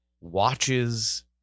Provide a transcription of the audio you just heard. watches